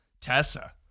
Tessa